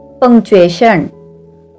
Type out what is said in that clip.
punctuation